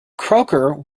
croker